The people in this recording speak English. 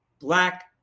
black